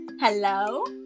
hello